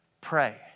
Pray